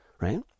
right